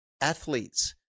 athletes